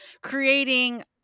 creating